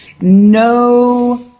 No